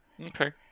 Okay